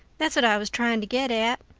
that's what i was trying to get at.